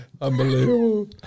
Unbelievable